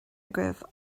agaibh